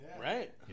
right